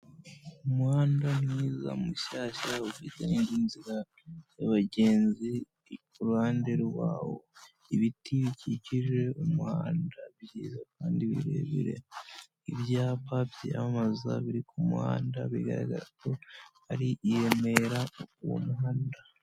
Umuhanda mwiza mushyashya, ufite inzira yabagenzi. Kuruhande rw'ibiti bikikije umuhanda byiza kandi birebire. Ibyapa byamamaza biri kumuhanda bigaragara ko ari i Remera, uwo muhanda...